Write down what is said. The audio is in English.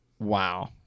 Wow